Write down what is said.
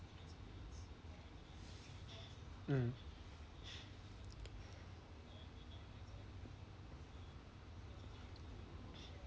mm